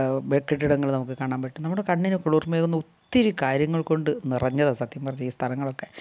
കെട്ടിടങ്ങൾ നമുക്ക് കാണാൻ പറ്റും നമ്മുടെ കണ്ണിന് കുളിർമ്മയേകുന്ന ഒത്തിരി കാര്യങ്ങൾ കൊണ്ട് നിറഞ്ഞതാണ് സത്യം പറഞ്ഞാൽ ഈ സ്ഥലങ്ങളൊക്കെ